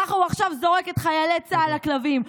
ככה הוא עכשיו זורק את חיילי צה"ל לכלבים.